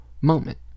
moment